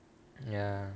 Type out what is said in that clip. ya